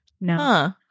No